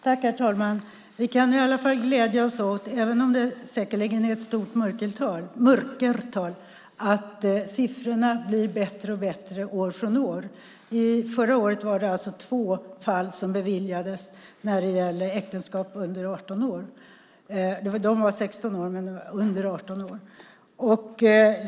Herr talman! Vi kan i alla fall glädjas åt att siffrorna blir bättre och bättre år från år, även om det säkerligen finns ett stort mörkertal. Förra året beviljades alltså två äktenskap gällande personer under 18 år. De var 16 år.